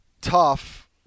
tough